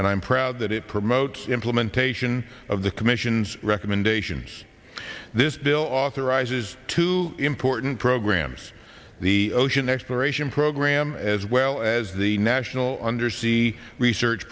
and i'm proud that it promotes implementation of the commission's recommendations this bill authorizes two important programs the ocean exploration program as well as the national undersea research